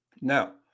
Now